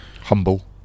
humble